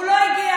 הוא לא הגיע.